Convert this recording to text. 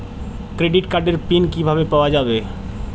Credit কার্ডের PIN কিভাবে পাওয়া যাবে?